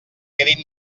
quedin